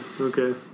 okay